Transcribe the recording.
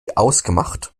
ausgemacht